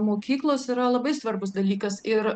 mokyklos yra labai svarbus dalykas ir